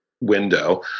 window